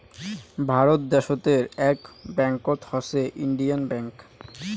ভারত দ্যাশোতের আক ব্যাঙ্কত হসে ইন্ডিয়ান ব্যাঙ্ক